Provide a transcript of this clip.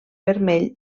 vermell